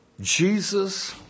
Jesus